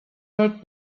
old